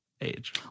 age